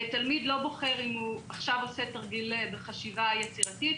תלמיד לא בוחר אם הוא עכשיו עושה תרגיל בחשיבה יצירתית,